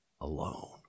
alone